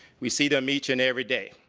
we see them each and every day,